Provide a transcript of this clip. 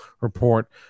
report